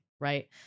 right